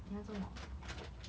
你要做么